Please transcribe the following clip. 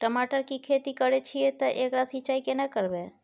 टमाटर की खेती करे छिये ते एकरा सिंचाई केना करबै?